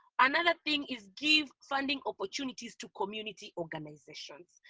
um and thing is give funding opportunities to community organisations.